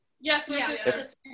Yes